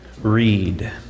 read